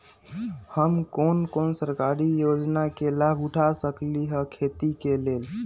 हम कोन कोन सरकारी योजना के लाभ उठा सकली ह खेती के लेल?